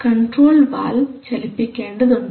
ഇതിനായി control valve ചലിപ്പിക്കേണ്ടതുണ്ട്